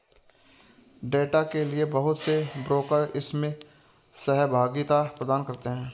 data के लिये बहुत से ब्रोकर इसमें सहभागिता प्रदान करते हैं